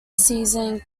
season